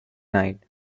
night